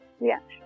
reaction